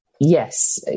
yes